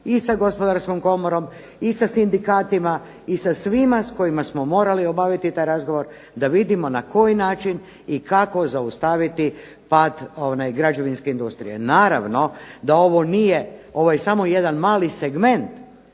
i sa Gospodarskom komorom i sa sindikatima i sa svima s kojima smo morali obaviti taj razgovor da vidimo na koji način i kako zaustaviti pad građevinske industrije. Naravno da je ovo samo jedan mali segment,